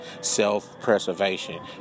self-preservation